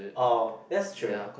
oh that's true